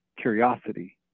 curiosity